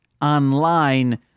online